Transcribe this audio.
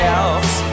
else